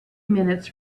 minutes